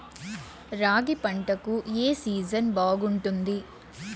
రాగి పంటకు, ఏ సీజన్ బాగుంటుంది?